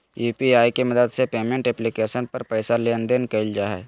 UPI के मदद से पेमेंट एप्लीकेशन पर पैसा लेन देन कइल जा हइ